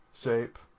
shape